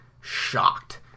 shocked